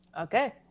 Okay